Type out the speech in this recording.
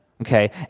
okay